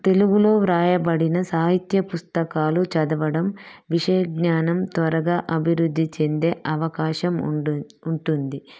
తెలుగులో వ్రాయబడిన సాహిత్య పుస్తకాలు చదవడం విషయ జ్ఞానం త్వరగా అభివృద్ధి చెందే అవకాశం ఉండు ఉంటుంది